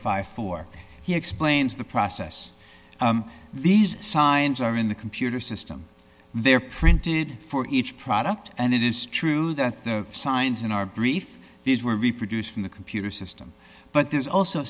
fifty four he explains the process these signs are in the computer system they are printed for each product and it is true that the signs in our brief these were reproduced from the computer system but there's also